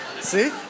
See